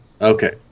Okay